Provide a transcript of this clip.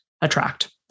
attract